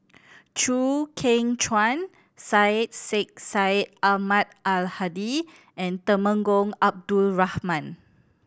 Chew Kheng Chuan Syed Sheikh Syed Ahmad Al Hadi and Temenggong Abdul Rahman